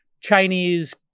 Chinese